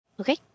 Okay